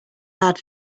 bad